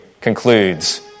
concludes